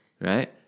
right